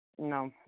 No